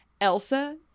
Elsa